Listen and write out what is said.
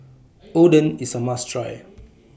Oden IS A must Try